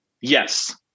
Yes